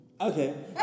Okay